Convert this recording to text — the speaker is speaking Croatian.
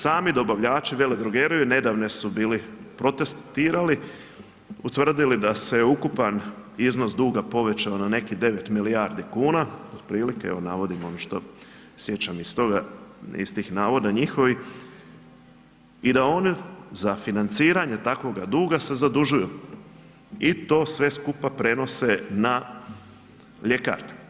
Sami dobavljači veledrogerija, nedavno su bili protestirali, utvrdili da se ukupan iznos duga povećao na nekih 9 milijardi kuna, otprilike, evo, navodim ono što sjećam iz toga, iz tih navoda njihovih i da oni za financiranje takvoga duga se zadužuju i to sve skupa prenose na ljekarne.